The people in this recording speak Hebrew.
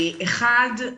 אחד,